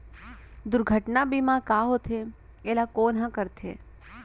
दुर्घटना बीमा का होथे, एला कोन ह करथे?